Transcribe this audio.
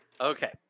Okay